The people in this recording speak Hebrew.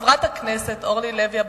סליחה, חברת הכנסת אורלי לוי אבקסיס.